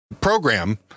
program